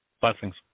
Blessings